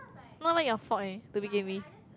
not even your fault leh to begin with